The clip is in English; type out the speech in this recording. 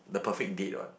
the perfect date what